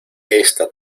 esta